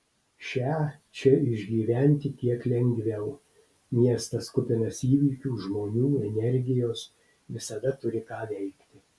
šią čia išgyventi kiek lengviau miestas kupinas įvykių žmonių energijos visada turi ką veikti